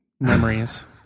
memories